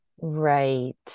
Right